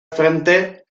frente